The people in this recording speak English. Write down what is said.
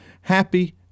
happy-